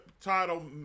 title